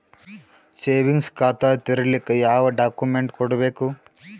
Savings ಖಾತಾ ತೇರಿಲಿಕ ಯಾವ ಡಾಕ್ಯುಮೆಂಟ್ ಕೊಡಬೇಕು?